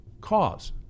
cause